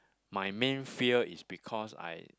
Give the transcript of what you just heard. my main fear is because I